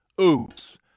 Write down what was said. oops